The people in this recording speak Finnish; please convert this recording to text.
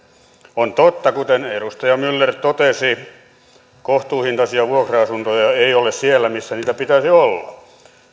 on totta kuten edustaja myller totesi että kohtuuhintaisia vuokra asuntoja ei ole siellä missä niitä pitäisi olla